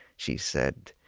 she said,